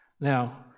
Now